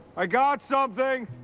i got something!